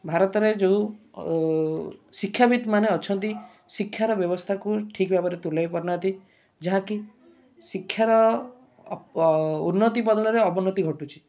ଭାରତରେ ଯେଉଁ ଶିକ୍ଷାବିତ୍ମାନେ ଅଛନ୍ତି ଶିକ୍ଷାର ବ୍ୟବସ୍ଥାକୁ ଠିକ୍ ଭାବରେ ତୁଲାଇ ପାରୁନାହାଁନ୍ତି ଯାହା କି ଶିକ୍ଷାର ଉନ୍ନତି ବଦଳରେ ଅବନତି ଘଟୁଛି